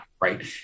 Right